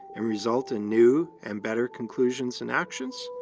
and result in new and better conclusions and actions?